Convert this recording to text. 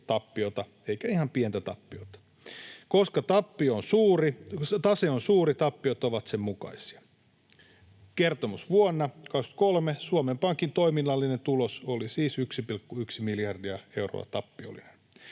tappiota, eikä ihan pientä tappiota. Koska tase on suuri, tappiot ovat sen mukaisia. Kertomusvuonna 23 Suomen Pankin toiminnallinen tulos oli siis 1,1 miljardia euroa tappiollinen.